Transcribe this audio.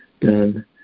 done